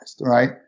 Right